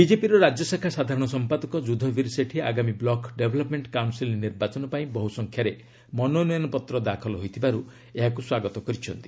ବିଜେପିର ରାଜ୍ୟଶାଖା ସାଧାରଣ ସମ୍ପାଦକ ଯୁଦ୍ଧବୀର ସେଠୀ ଆଗାମୀ ବ୍ଲକ୍ ଡେଭ୍ଲପମେଣ୍ଟ କାଉନ୍ସିଲ୍ ନିର୍ବାଚନ ପାଇଁ ବହୁ ସଂଖ୍ୟାରେ ମନୋନୟନପତ୍ର ଦାଖଲ ହୋଇଥିବାରୁ ଏହାକୁ ସ୍ୱାଗତ କରିଛନ୍ତି